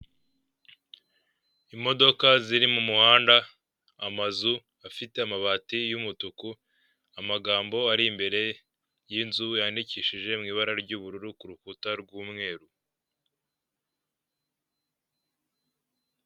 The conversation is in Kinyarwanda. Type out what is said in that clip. Imodoka ziri mumuhanda amazu afite amabati y'umutuku amagambo ari imbere y'inzu yandikishije mu ibara ry'ubururu kurukuta rw'umweru.